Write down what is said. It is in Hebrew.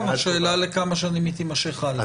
נכון, השאלה לכמה שנים היא תימשך הלאה.